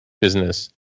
business